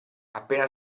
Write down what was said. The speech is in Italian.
appena